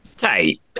Hey